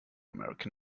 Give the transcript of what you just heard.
american